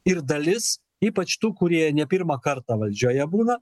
ir dalis ypač tų kurie ne pirmą kartą valdžioje būna